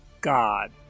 God